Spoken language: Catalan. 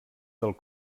del